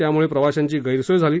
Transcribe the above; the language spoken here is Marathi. त्यामुळं प्रवाशांची गैरसोय झाली